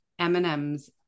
Eminem's